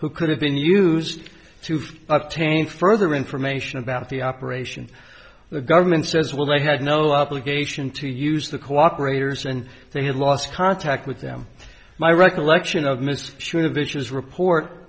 who could have been used to five taint further information about the operation the government says well they had no obligation to use the cooperators and they had lost contact with them my recollection of miss should have issues report